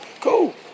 cool